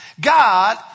God